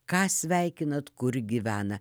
ką sveikinat kur gyvena